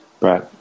Right